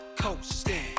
coasting